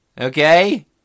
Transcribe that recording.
Okay